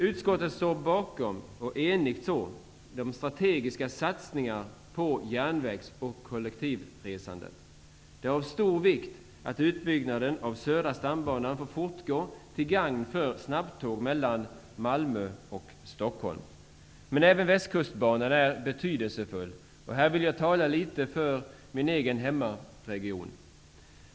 Utskottet står enigt bakom strategiska satsningar på järnvägs och kollektivresandet. Det är av stor vikt att utbyggnaden av södra stambanan får fortgå till gagn för snabbtåg mellan Malmö och Stockholm. Men även Västkustbanan är betydelsefull, och här vill jag tala litet för min egen hemmaregion.